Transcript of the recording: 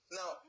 now